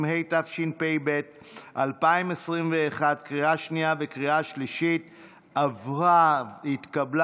150), התשפ"ב 2021, עברה והתקבלה